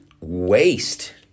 waste